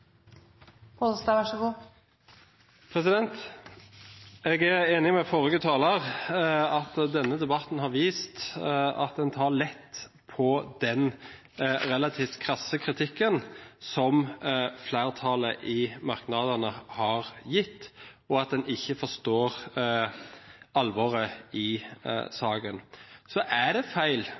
at denne debatten har vist at en tar lett på den relativt krasse kritikken som flertallet har gitt i merknadene, og at en ikke forstår alvoret i saken. Så er det feil,